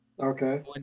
Okay